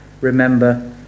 remember